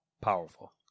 powerful